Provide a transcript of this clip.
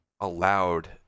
allowed